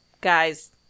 guy's